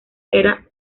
era